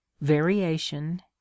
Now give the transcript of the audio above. variation